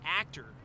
actor